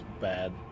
bad